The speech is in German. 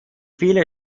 viele